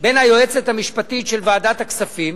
בין היועצת של ועדת הכספים